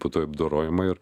po to apdorojama ir